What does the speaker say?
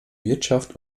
wirtschaft